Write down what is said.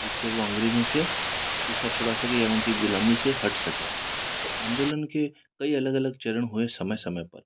जिससे वह अंग्रेजों से पीछा छुड़ा सके या उनकी गुलामी से हट सके तो आंदोलन के कई अलग अलग चरण हुए समय समय पर